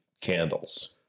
candles